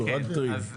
אל תקריא את זה,